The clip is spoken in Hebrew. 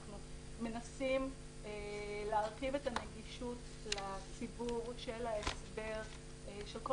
אנחנו מנסים להרחיב את הנגישות לציבור על ההסבר של כל